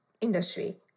industry